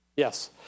Yes